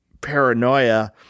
paranoia